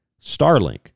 Starlink